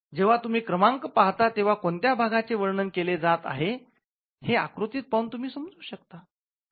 जेव्हा तुम्ही क्रमांक पाहता तेंव्हा कोणत्या भागाचे वर्णन केले जात आहे हे आकृतीत पाहून तुम्ही समजू शकतात